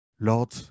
Lord